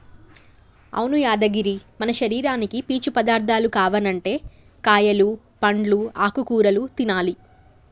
అవును యాదగిరి మన శరీరానికి పీచు పదార్థాలు కావనంటే కాయలు పండ్లు ఆకుకూరలు తినాలి